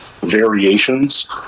variations